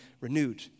renewed